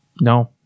No